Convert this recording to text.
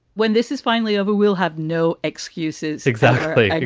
when this is finally over, we'll have no excuses. exactly.